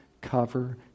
cover